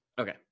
okay